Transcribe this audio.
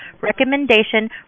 recommendation